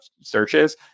searches